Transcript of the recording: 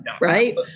right